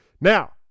now